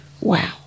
Wow